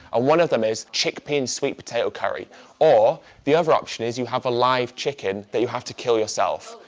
ah one of them is chickpea and sweet potato curry or the other option is you have a live chicken that you have to kill yourself.